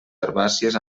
herbàcies